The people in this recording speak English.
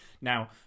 Now